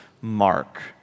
mark